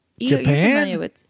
Japan